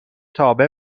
تابع